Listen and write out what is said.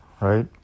right